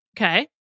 Okay